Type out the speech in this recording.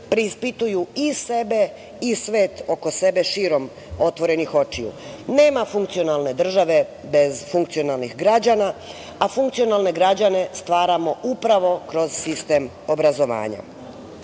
preispituju i sebe i svet oko sebe širom otvorenih očiju. Nema funkcionalne države bez funkcionalnih građana, a funkcionalne građane stvaramo upravo kroz sistem obrazovanja. Kada